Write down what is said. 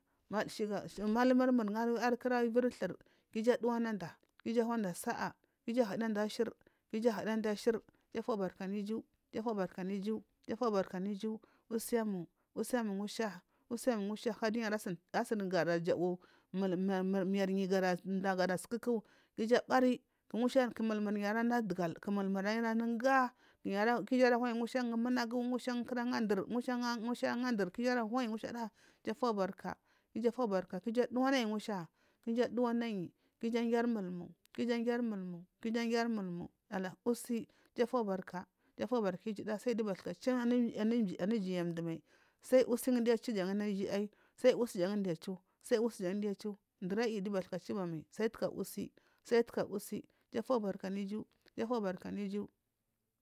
Vashiga malumiri mur unga amiya thur ku iju aduwanada ku iju anada sa’a ku iju ahidiya unda ashir iju afubark ana iju iju afubarka anu iju. Iju afubarka anu iju usim usim ngusha sog dunayi har dunayi ari asugasi jau miyaryi gara sukeka ku iju anayi ngusha nanaga ngusha ga anga dur ngusha ga anga dur iju afubarka iju afubarka ku iju aduwanayi ngusha ku iju aduwarayi ku iju anyiya ri muluniu ku iju angiyari muluna ku iju angiyari nulum ku iju angiyari mulumu alhani usi iju afubarka iju afubarka ijuda sai giyu bathka dumai anu ijiyamdu mai sai usi g-gan giya chu sai usi jau giya adai sai usi jan giya adw sai yi giya bathka chib a new sai taga usi usi iju afubarka anu iju. Iju afubark anu iju.